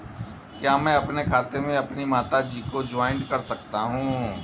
क्या मैं अपने खाते में अपनी माता जी को जॉइंट कर सकता हूँ?